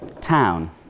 town